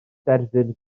derfyn